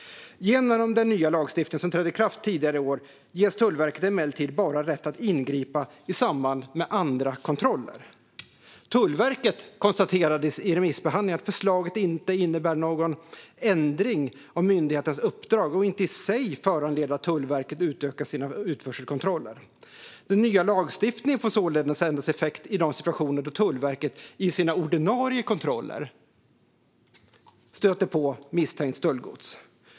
Genom den nya lagstiftningen, som trädde i kraft tidigare i år, ges Tullverket bara rätt att ingripa i samband med andra tullkontroller. Tullverket konstaterade i remissbehandlingen att förslaget inte innebar någon ändring av myndighetens uppdrag och inte i sig föranleder att Tullverket utökar sina utförselkontroller. Den nya lagstiftningen får således endast effekt i de situationer då Tullverket i sina ordinarie kontroller stöter på misstänkt stöldgods.